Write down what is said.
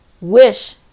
wish